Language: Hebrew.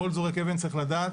כל זורק אבן צריך לדעת